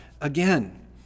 again